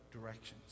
directions